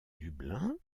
dublin